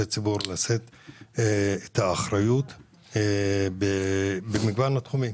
הציבור לשאת באחריות במגוון התחומים,